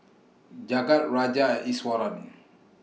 Jagat Raja and Iswaran